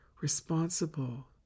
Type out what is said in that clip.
responsible